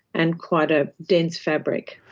and quite a dense fabric.